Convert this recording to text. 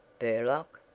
burlock!